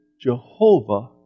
Jehovah